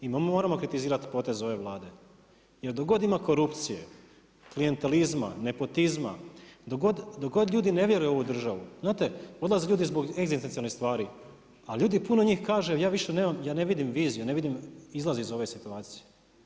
I moramo kritizirati potez ove Vlade jer dok god ima korupcije, klijentelizma, nepotizma, dok god ljudi ne vjeruju u ovu državu, znate odlaze ljudi zbog egzistencijalnih stvari a ljudi puno njih kaže ja više ne vidim viziju, ne vidim izlaz iz ove situacije.